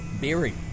Beery